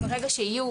ברגע שיהיו